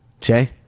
Jay